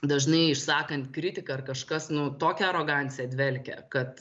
dažnai išsakant kritiką ar kažkas nu tokia arogancija dvelkia kad